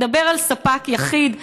שמדבר על ספק יחיד.